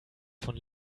von